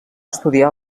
estudiar